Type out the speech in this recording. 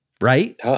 Right